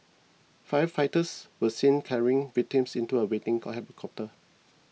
firefighters were seen carrying victims into a waiting cop helicopter